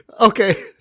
okay